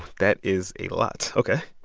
that is a lot. ok